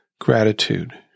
gratitude